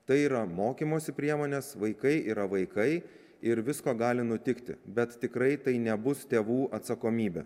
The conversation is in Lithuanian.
tai yra mokymosi priemonės vaikai yra vaikai ir visko gali nutikti bet tikrai tai nebus tėvų atsakomybė